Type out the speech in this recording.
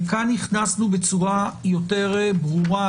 פה הכנסנו בצורה יותר ברורה,